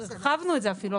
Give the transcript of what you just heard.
הרחבנו את זה אפילו,